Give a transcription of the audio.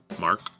Mark